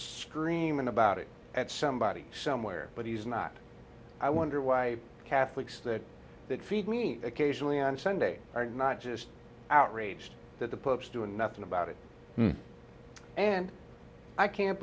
screaming about it at somebody somewhere but he's not i wonder why catholics that feed me occasionally on sunday are not just outraged that the pope's doing nothing about it and i can't